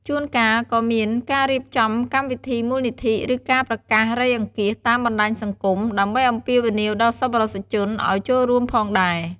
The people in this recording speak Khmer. ជួនកាលក៏មានការរៀបចំកម្មវិធីមូលនិធិ ឬការប្រកាសរៃអង្គាសតាមបណ្ដាញសង្គម ដើម្បីអំពាវនាវដល់សប្បុរសជនឱ្យចូលរួមផងដែរ។